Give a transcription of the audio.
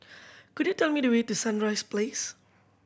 could you tell me the way to Sunrise Place